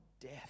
death